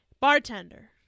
bartender